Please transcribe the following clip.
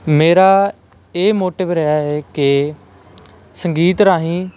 ਮੇਰਾ ਇਹ ਮੋਟਿਵ ਰਿਹਾ ਹੈ ਕਿ ਸੰਗੀਤ ਰਾਹੀਂ